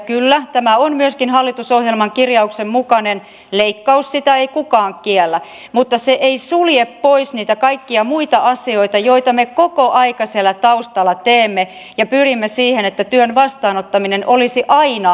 kyllä tämä on myöskin hallitusohjelman kirjauksen mukainen leikkaus sitä ei kukaan kiellä mutta se ei sulje pois niitä kaikkia muita asioita joita me koko ajan siellä taustalla teemme ja pyrimme siihen että työn vastaanottaminen olisi aina kannattavaa